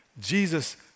Jesus